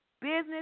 Business